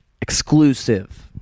exclusive